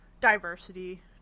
diversity